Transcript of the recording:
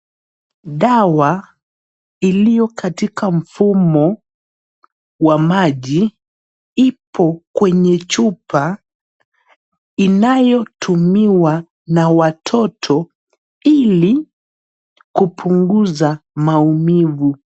Dawa iliyo katika mfumo wa maji ipo kwenye chupa inayotumiwa na watoto ili kupunguza maumivu.